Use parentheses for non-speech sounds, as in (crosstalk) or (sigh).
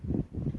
(breath)